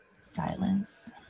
silence